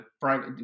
private